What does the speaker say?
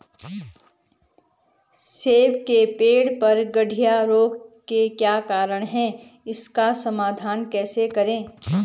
सेब के पेड़ पर गढ़िया रोग के क्या कारण हैं इसका समाधान कैसे करें?